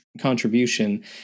contribution